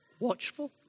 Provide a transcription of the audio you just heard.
watchful